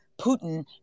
Putin